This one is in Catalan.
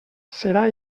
serà